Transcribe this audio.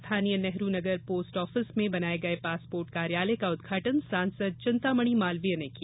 स्थानीय Nehru Nagar post office में बनाए गए पासपोर्ट कार्यालय का उद्घाटन सांसद चिंतामणि मालवीय ने किया